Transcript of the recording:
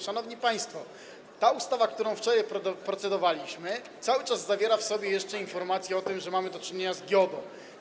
Szanowni państwo, ta ustawa, nad którą wczoraj procedowaliśmy, cały czas zawiera w sobie jeszcze informacje o tym, że mamy do czynienia z GIODO.